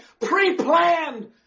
pre-planned